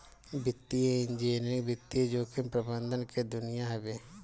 वित्तीय इंजीनियरिंग वित्तीय जोखिम प्रबंधन के दुनिया हवे